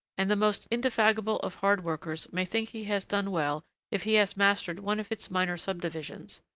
and the most indefatigable of hard workers may think he has done well if he has mastered one of its minor subdivisions.